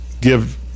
give